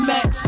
Max